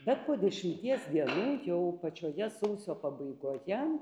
bet po dešimties dienų jau pačioje sausio pabaigoje